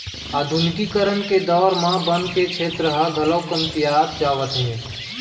आधुनिकीकरन के दौर म बन के छेत्र ह घलौ कमतियात जावत हे